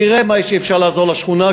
תראה איך אפשר לעזור לשכונה,